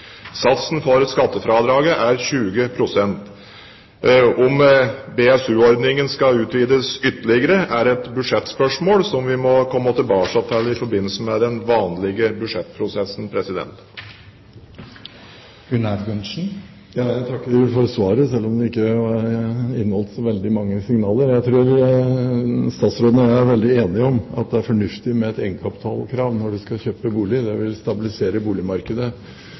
Satsen for skattefradraget er 20 pst. Om BSU-ordningen skal utvides ytterligere, er et budsjettspørsmål som vi må komme tilbake til i forbindelse med den vanlige budsjettprosessen. Jeg takker for svaret, selv om det ikke inneholdt så veldig mange signaler. Jeg tror statsråden og jeg er veldig enige om at det er fornuftig med et egenkapitalkrav når en skal kjøpe bolig, det vil stabilisere boligmarkedet